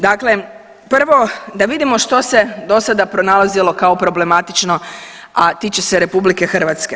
Dakle, prvo da vidimo što se do sada pronalazilo kao problematično, a tiče se RH.